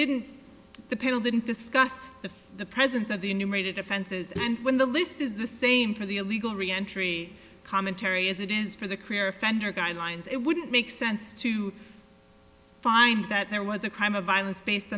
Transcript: didn't the panel didn't discuss the presence of the numerated offenses and when the list is the same for the illegal re entry commentary as it is for the clear offender guidelines it wouldn't make sense to find that there was a crime of violence based